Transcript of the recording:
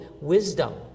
wisdom